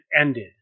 ended